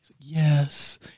Yes